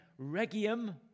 Regium